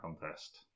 contest